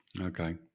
okay